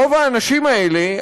רוב האנשים האלה,